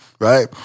right